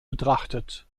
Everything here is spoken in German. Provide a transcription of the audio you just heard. betrachtet